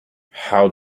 how